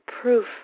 proof